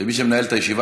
של מי שמנהל את הישיבה,